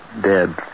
dead